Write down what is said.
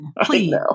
please